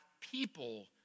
people